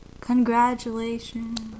Congratulations